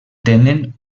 tenen